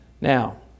Now